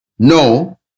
No